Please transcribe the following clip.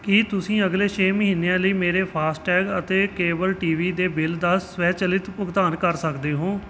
ਕੀ ਤੁਸੀਂਂ ਅਗਲੇ ਛੇ ਮਹੀਨਿਆਂ ਲਈ ਮੇਰੇ ਫਾਸਟੈਗ ਅਤੇ ਕੇਬਲ ਟੀ ਵੀ ਦੇ ਬਿੱਲ ਦਾ ਸਵੈਚਲਿਤ ਭੁਗਤਾਨ ਕਰ ਸਕਦੇ ਹੋ